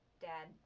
Dad